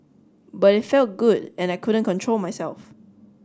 but it felt good and I couldn't control myself